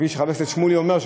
כמו שחבר הכנסת שמולי אומר,